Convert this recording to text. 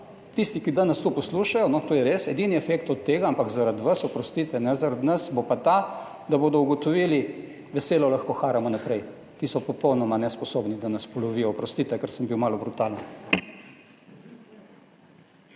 tisti, ki danes to poslušajo, no, to je res, edini efekt od tega, ampak zaradi vas, oprostite, ne zaradi nas, bo pa ta, da bodo ugotovili, veselo lahko haramo naprej, ti so popolnoma nesposobni, da nas polovijo. Oprostite, ker sem bil malo brutalen.